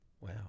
wow